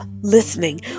listening